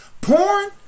Porn